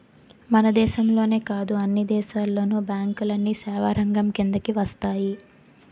మన దేశంలోనే కాదు అన్ని దేశాల్లోను బ్యాంకులన్నీ సేవారంగం కిందకు వస్తాయి